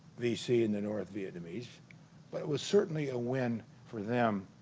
vc and the north vietnamese but it was certainly a win for them